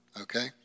Okay